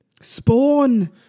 Spawn